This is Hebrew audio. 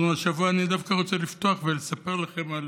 השבוע אני דווקא רוצה לפתוח ולספר לכם על